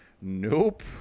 Nope